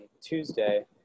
Tuesday